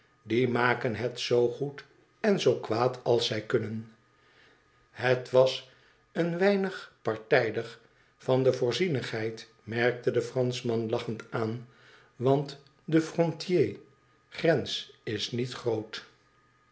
die maken het zoo goed en zoo kwaad als zij kunnen het was een weinig partijdig van de voorzienigheid merkte de franschman lachend aan want de frontier grens is niet groot